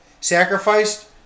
sacrificed